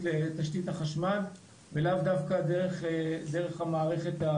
לתשתית החשמל ולאו דווקא דרך המערכת,